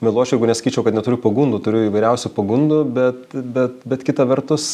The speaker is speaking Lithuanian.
meluočiau jeigu nesakyčiau kad neturiu pagundų turiu įvairiausių pagundų bet be bet kita vertus